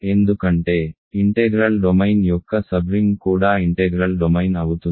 ఎందుకంటే integral domain యొక్క subring కూడా ఇంటెగ్రల్ డొమైన్ అవుతుంది